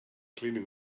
cleaning